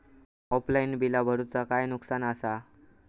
Offline बिला भरूचा काय नुकसान आसा?